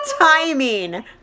timing